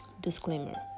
disclaimer